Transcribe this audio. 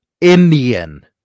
Indian